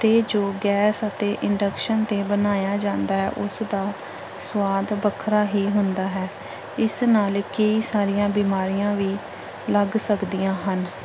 ਅਤੇ ਜੋ ਗੈਸ ਅਤੇ ਇੰਡਕਸ਼ਨ 'ਤੇ ਬਣਾਇਆ ਜਾਂਦਾ ਹੈ ਉਸ ਦਾ ਸੁਆਦ ਵੱਖਰਾ ਹੀ ਹੁੰਦਾ ਹੈ ਇਸ ਨਾਲ ਕਈ ਸਾਰੀਆਂ ਬਿਮਾਰੀਆਂ ਵੀ ਲੱਗ ਸਕਦੀਆਂ ਹਨ